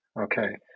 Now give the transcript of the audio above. okay